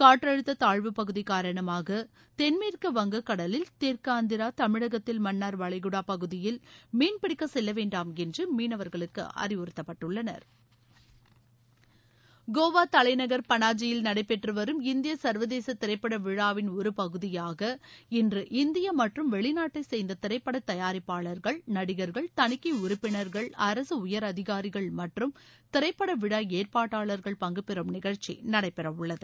காற்றழுத்த தாழ்வுப்பகுதி காரணமாக தென்மேற்கு வங்கக்கடலில் தெற்கு ஆந்திரா தமிழகத்தில் மன்னார் வளைகுடா பகுதியில் மீன்பிடிக்க செல்ல வேண்டாம் என்று மீனவர்களுக்கு அறிவுறத்தப்பட்டுள்ளது கோவா தலைநகர் பனாஜியில் நடைபெற்று வரும் இந்திய சர்வதேச திரைப்பட விழாவின் ஒரு பகுதியாக இன்று இந்திய மற்றும் வெளிநாட்டைச் சேர்ந்த திரைப்படத் தயாரிப்பாளர்கள் நடிகர்கள் தணிக்கை உறுப்பினர்கள் அரக உயர் அதிகாரிகள் மற்றும் திரைப்பட விழா ஏற்பாட்டாளர்கள் பங்குபெறும் நிகழ்ச்சி நடைபெறவுள்ளது